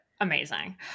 amazing